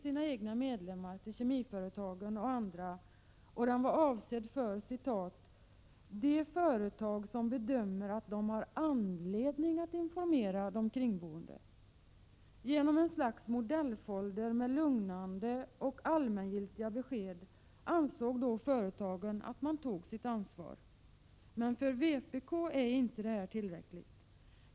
De började då med att till kemiföretag och andra skicka ut en folder som var avsedd för ”de företag som bedömer att de har anledning att informera de kringboende”. Företagen ansåg att de genom ett slags modellfolder med lugnande och allmängiltiga besked tog sitt ansvar. För vpk är detta inte tillräckligt.